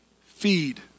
Feed